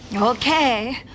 Okay